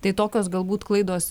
tai tokios galbūt klaidos